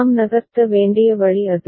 நாம் நகர்த்த வேண்டிய வழி அது